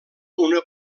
una